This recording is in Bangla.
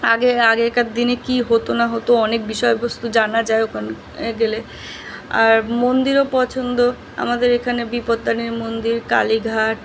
আগে আগেকার দিনে কী হতো না হতো অনেক বিষয়বস্তু জানা যায় ওখানে এ গেলে আর মন্দিরও পছন্দ আমাদের এখানে বিপত্তারিণী মন্দির কালীঘাট